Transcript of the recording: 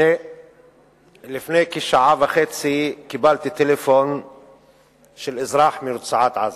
לפני כשעה וחצי קיבלתי טלפון מאזרח מרצועת-עזה,